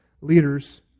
leaders